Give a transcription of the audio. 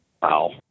Wow